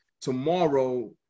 Tomorrow